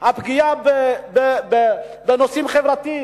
הפגיעה בנושאים חברתיים,